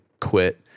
quit